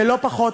ולא פחות,